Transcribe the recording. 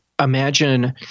Imagine